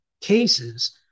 cases